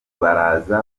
baraza